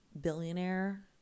billionaire